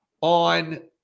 on